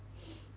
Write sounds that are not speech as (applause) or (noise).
(breath)